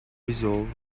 resolve